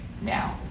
now